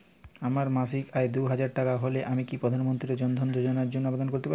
আমার মাসিক আয় দুহাজার টাকা হলে আমি কি প্রধান মন্ত্রী জন ধন যোজনার জন্য আবেদন করতে পারি?